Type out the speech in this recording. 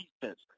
defense